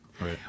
Right